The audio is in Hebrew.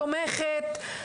תומכת,